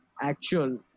Actual